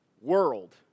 world